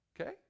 Okay